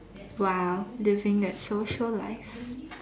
!wow! living that social life